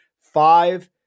Five